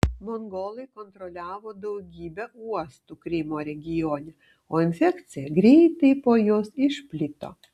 mongolai kontroliavo daugybę uostų krymo regione o infekcija greitai po juos išplito